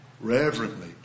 reverently